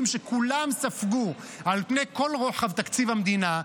שכולם ספגו על פני כל רוחב תקציב המדינה,